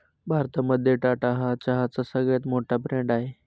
भारतामध्ये टाटा हा चहाचा सगळ्यात मोठा ब्रँड आहे